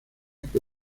que